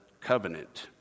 covenant